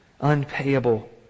Unpayable